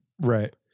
Right